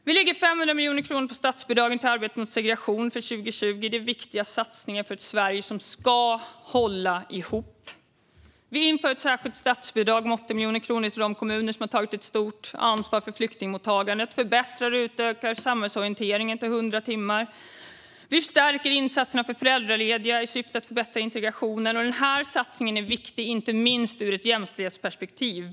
Vi lägger 500 miljoner på statsbidrag till arbetet mot segregation 2020. Det är en viktig satsning för ett Sverige som ska hålla ihop. Vi inför ett särskilt statsbidrag om 80 miljoner kronor till de kommuner som har tagit ett stort ansvar för flyktingmottagandet. Vi förbättrar och utökar samhällsorienteringen till 100 timmar. Vidare stärker vi insatserna för föräldralediga i syfte att förbättra integrationen, och denna satsning är viktig inte minst ur ett jämställdhetsperspektiv.